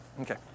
Okay